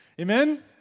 Amen